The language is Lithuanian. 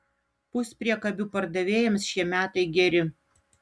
puspriekabių pardavėjams šie metai geri